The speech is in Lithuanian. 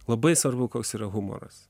labai svarbu koks yra humoras